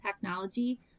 technology